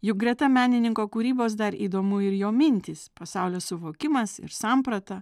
juk greta menininko kūrybos dar įdomu ir jo mintys pasaulio suvokimas ir samprata